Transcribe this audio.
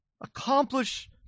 Accomplish